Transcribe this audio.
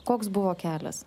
koks buvo kelias